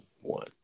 one